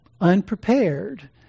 unprepared